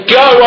go